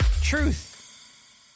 Truth